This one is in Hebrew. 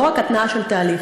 לא רק התנעה של תהליך.